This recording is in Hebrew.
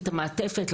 את המעטפת,